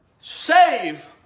save